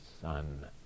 son